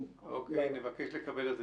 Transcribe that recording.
אוקיי, אז נבקש לקבל את זה.